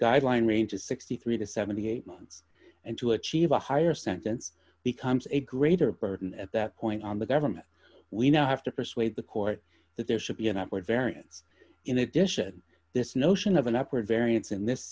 guideline range is sixty three to seventy eight months and to achieve a higher sentence becomes a greater burden at that point on the government we now have to persuade the court that there should be an upward variance in addition this notion of an upward variance in this